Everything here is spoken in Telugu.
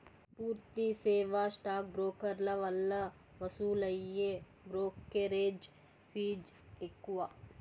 పూర్తి సేవా స్టాక్ బ్రోకర్ల వల్ల వసూలయ్యే బ్రోకెరేజ్ ఫీజ్ ఎక్కువ